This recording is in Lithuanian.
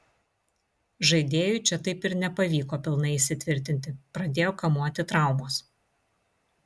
žaidėjui čia taip ir nepavyko pilnai įsitvirtinti pradėjo kamuoti traumos